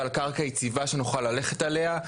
ועל קרקע יציבה שנוכל ללכת עליה.